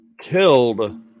killed